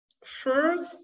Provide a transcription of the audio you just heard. first